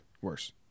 worse